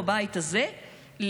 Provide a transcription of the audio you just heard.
בבית הזה,